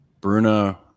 Bruno